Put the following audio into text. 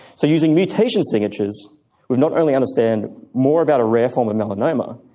so using mutation signatures we not only understand more about a rare form of melanoma,